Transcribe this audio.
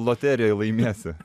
loterijoj laimėsi